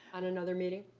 on another meeting?